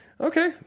okay